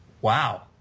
wow